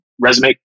resume